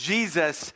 Jesus